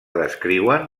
descriuen